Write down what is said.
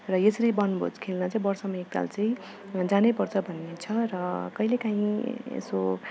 र यसरी वनभोज खेल्न चाहिँ वर्षमा एक ताल चाहिँ जानु पर्छ भन्ने छ र कहिले काहीँ यसो